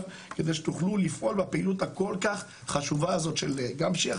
כדי שתוכלו לפעול בפעילות הכל כך חשובה הזאת של גם פשיעה